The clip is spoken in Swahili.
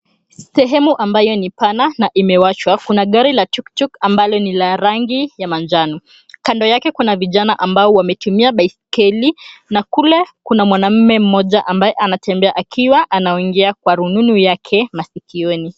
Sehemu ambayo ni pana na imewachwa kuna gari la tuktuk ambalo ni la rangi ya manjano. Kando yake kuna vijana ambao wametumia baiskeli na kule kuna mwanamme mmoja ambaye anatembea akiwa anaongea kwa rununu yake masikioni.